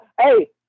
hey